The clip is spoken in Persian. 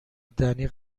دنی